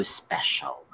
special